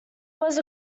was